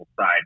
side